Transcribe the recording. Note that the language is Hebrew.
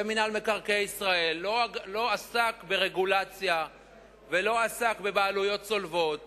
ומינהל מקרקעי ישראל לא עסק ברגולציה ולא עסק בבעלויות צולבות